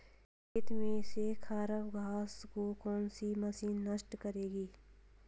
खेत में से खराब घास को कौन सी मशीन नष्ट करेगी?